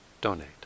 donate